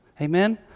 Amen